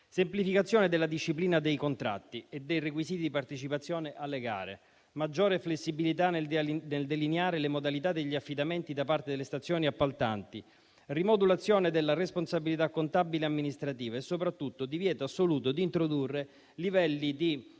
Semplificazione della disciplina dei contratti e dei requisiti di partecipazione alle gare, maggior flessibilità nel delineare le modalità degli affidamenti da parte delle stazioni appaltanti, rimodulazione della responsabilità contabile e amministrativa, e soprattutto divieto assoluto di introdurre livelli di